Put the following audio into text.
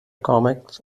comics